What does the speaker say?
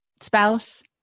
spouse